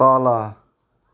तल